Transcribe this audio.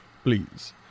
Please